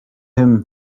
him